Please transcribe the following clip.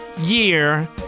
year